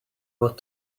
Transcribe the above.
what